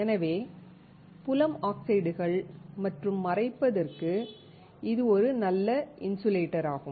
எனவே புலம் ஆக்சைடுகள் மற்றும் மறைப்பதற்கு இது ஒரு நல்ல இன்சுலேட்டராகும்